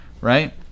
Right